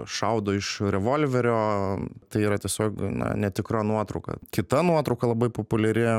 šaudo iš revolverio tai yra tiesiog na netikra nuotrauka kita nuotrauka labai populiari